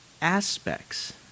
aspects